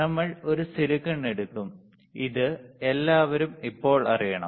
നമ്മൾ ഒരു സിലിക്കൺ എടുക്കും ഇത് എല്ലാവരും ഇപ്പോൾ അറിയണം